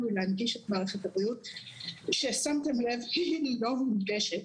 היא להנגיש את מערכת הבריאות ששמתם לב שהיא לא מונגשת.